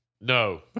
No